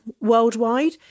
worldwide